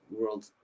world